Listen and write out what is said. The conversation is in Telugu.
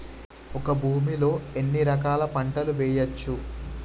ఒక భూమి లో ఎన్ని రకాల పంటలు వేయచ్చు?